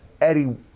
eddie